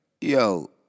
yo